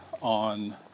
on